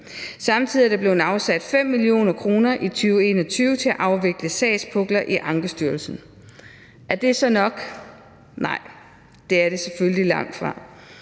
Samtidig er der blevet afsat 5 mio. kr. i 2021 til at afvikle sagspukler i Ankestyrelsen. Er det så nok? Nej, det er det selvfølgelig langtfra.